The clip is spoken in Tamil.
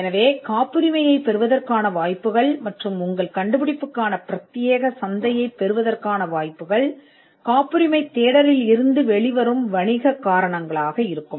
எனவே காப்புரிமையைப் பெறுவதற்கான வாய்ப்புகள் மற்றும் உங்கள் கண்டுபிடிப்புக்கான பிரத்யேக சந்தையைப் பெறுவதற்கான வாய்ப்புகள் காப்புரிமைத் தேடலில் இருந்து வெளிவரும் வணிக காரணங்களாக இருக்கும்